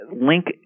link